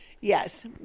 Yes